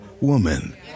woman